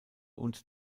und